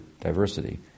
diversity